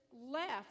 left